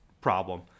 problem